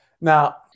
Now